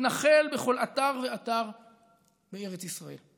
להתנחל בכל אתר ואתר בארץ ישראל.